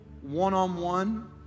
one-on-one